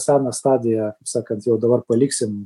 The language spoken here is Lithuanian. seną stadiją kaip sakant jau dabar paliksim